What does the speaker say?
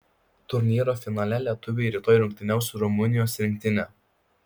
turnyro finale lietuviai rytoj rungtyniaus su rumunijos rinktine